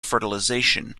fertilization